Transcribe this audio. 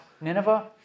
Nineveh